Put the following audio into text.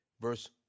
verse